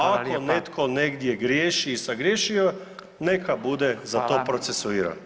Ako netko negdje griješi i sagriješio je neka bude za to procesuiran.